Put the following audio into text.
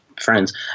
friends